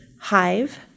Hive